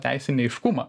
teisinį aiškumą